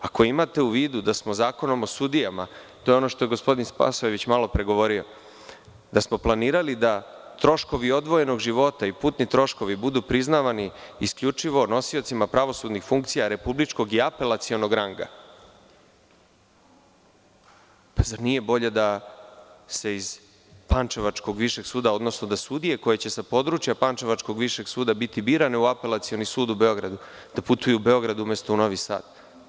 Ako imate u vidu da smo Zakonom o sudijama, to je ono što je gospodin Spasojević malopre govorio, da smo planirali da troškovi odvojenog života i putni troškovi budu priznavani isključivo nosiocima pravosudnih funkcija republičkog i apelacionog ranga, zar nije bolje da se iz pančevačkog Višeg suda, odnosno da sudije koje će sa područja pančevačkog Višeg suda biti birane u apelacioni sud u Beogradu, da putuju u Beograd umesto u Novi Sad.